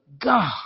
God